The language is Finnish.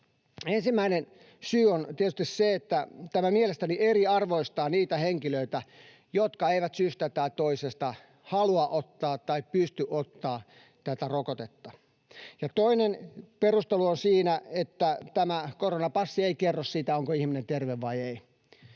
Ensimmäinen syy on tietysti se, että tämä mielestäni eriarvoistaa niitä henkilöitä, jotka eivät syystä tai toisesta halua ottaa tai pysty ottamaan tätä rokotetta. Toinen perustelu on siinä, että tämä koronapassi ei kerro sitä, onko ihminen terve vai ei.